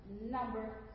number